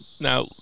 Now